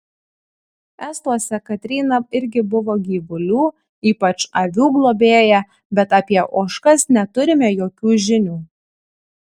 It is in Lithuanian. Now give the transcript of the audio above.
estuose katryna irgi buvo gyvulių ypač avių globėja bet apie ožkas neturime jokių žinių